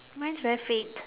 mine's very faint